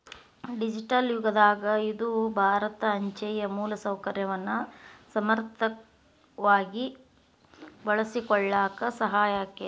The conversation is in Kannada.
ಡಿಜಿಟಲ್ ಯುಗದಾಗ ಇದು ಭಾರತ ಅಂಚೆಯ ಮೂಲಸೌಕರ್ಯವನ್ನ ಸಮರ್ಥವಾಗಿ ಬಳಸಿಕೊಳ್ಳಾಕ ಸಹಾಯ ಆಕ್ಕೆತಿ